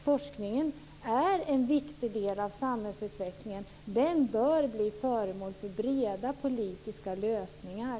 Forskningen är en viktig del av samhällsutvecklingen. Den bör bli föremål för breda politiska lösningar.